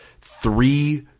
three